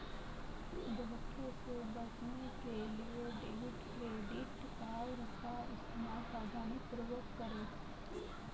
धोखे से बचने के लिए डेबिट क्रेडिट कार्ड का इस्तेमाल सावधानीपूर्वक करें